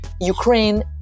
Ukraine